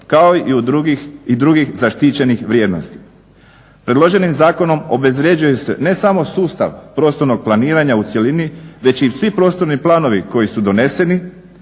kao i drugih zaštićenih vrijednosti. Predloženim zakonom obezvrjeđuje se ne samo sustav prostornog planiranja u cjelini već i svi prostorni planovi koji su doneseni,